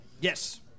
Yes